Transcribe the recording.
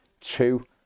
two